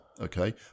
okay